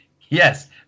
Yes